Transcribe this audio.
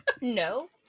No